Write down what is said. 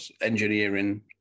engineering